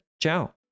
ciao